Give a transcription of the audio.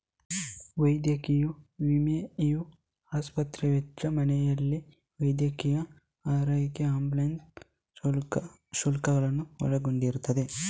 ವೈದ್ಯಕೀಯ ವಿಮೆಯು ಆಸ್ಪತ್ರೆ ವೆಚ್ಚ, ಮನೆಯಲ್ಲಿ ವೈದ್ಯಕೀಯ ಆರೈಕೆ ಆಂಬ್ಯುಲೆನ್ಸ್ ಶುಲ್ಕಗಳನ್ನು ಒಳಗೊಂಡಿರುತ್ತದೆ